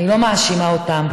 אני לא מאשימה אותם,